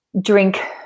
drink